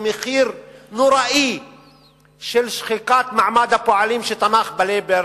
במחיר נוראי של שחיקת מעמד הפועלים שתמך ב"לייבור"